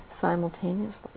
Simultaneously